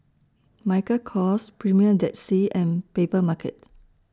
Michael Kors Premier Dead Sea and Papermarket